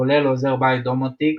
כולל עוזר בית OpenHAB ,Domoticz,